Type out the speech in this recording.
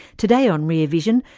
today on rear vision,